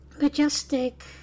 majestic